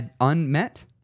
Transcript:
unmet